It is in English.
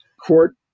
Court